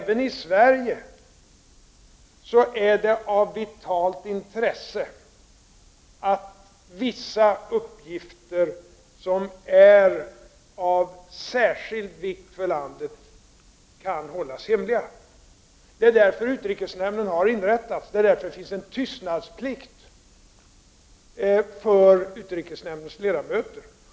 Även i Sverige är det av vitalt intresse att vissa uppgifter som är av särskild vikt för landet kan hållas hemliga. Det är därför som utrikesnämnden har inrättats, och det är därför som det finns en tystnadsplikt för utrikesnämndens ledamöter.